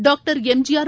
doctor MGR